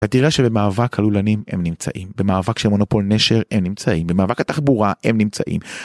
אתה תראה שבמאבק הלולנים, הם נמצאים. במאבק של מונופול נשר, הם נמצאים. במאבק התחבורה, הם נמצאים.